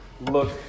look